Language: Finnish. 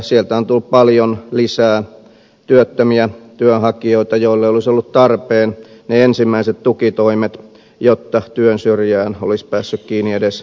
sieltä on tullut paljon lisää työttömiä työnhakijoita joille olisivat olleet tarpeen ne ensimmäiset tukitoimet jotta työn syrjään olisi päässyt kiinni edes määräajaksi